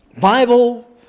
Bible